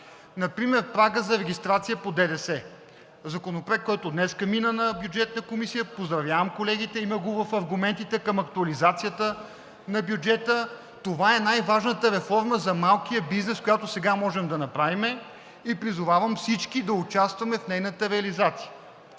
Например прагът за регистрация по ДДС – законопроект, който днеска мина на Бюджетна комисия. Поздравявам колегите! Има го в аргументите към актуализацията на бюджета. Това е най-важната реформа за малкия бизнес, която сега можем да направим, и призовавам всички да участваме в нейната реализация.